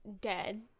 dead